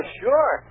sure